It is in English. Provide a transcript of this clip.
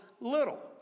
little